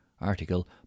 Article